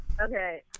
Okay